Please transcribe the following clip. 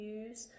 use